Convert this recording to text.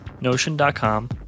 Notion.com